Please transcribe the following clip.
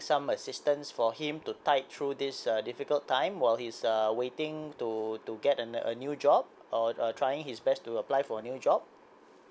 some assistance for him to tide through this uh difficult time while he's uh waiting to to get a new job or or trying his best to apply for a new job